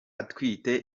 atwite